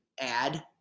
add